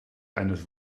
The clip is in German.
eines